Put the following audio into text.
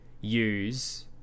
use